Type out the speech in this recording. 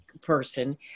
person